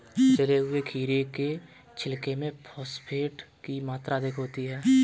जले हुए खीरे के छिलके में फॉस्फेट की मात्रा अधिक होती है